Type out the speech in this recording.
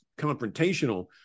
confrontational